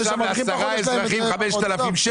אלה שמרוויחים פחות, יש להם פחות.